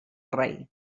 rei